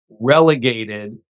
relegated